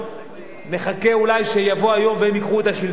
נחכה אולי שיבוא היום והם ייקחו את השלטון.